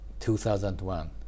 2001